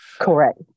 Correct